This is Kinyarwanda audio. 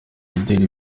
imideli